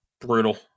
Brutal